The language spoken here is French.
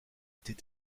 était